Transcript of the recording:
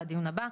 לדיון הבא.